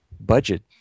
budget